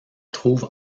trouve